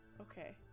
okay